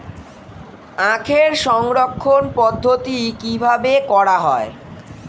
আখের সংরক্ষণ পদ্ধতি কিভাবে করা হয়?